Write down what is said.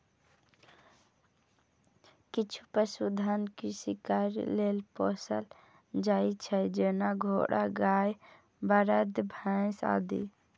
किछु पशुधन कृषि कार्य लेल पोसल जाइ छै, जेना घोड़ा, गाय, बरद, भैंस आदि